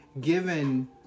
given